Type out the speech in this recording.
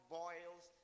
boils